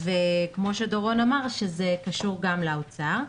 כמו שדורון אמר, זה קשור גם לאוצר.